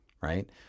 right